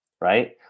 Right